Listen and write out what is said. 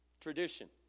Tradition